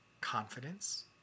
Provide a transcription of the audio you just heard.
confidence